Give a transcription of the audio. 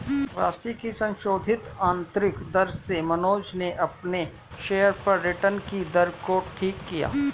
वापसी की संशोधित आंतरिक दर से मनोज ने अपने शेयर्स पर रिटर्न कि दर को ठीक किया है